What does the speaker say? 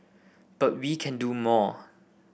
but we can do more